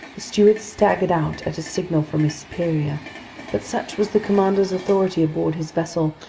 the steward staggered out at a signal from his superior but such was the commander's authority aboard his vessel,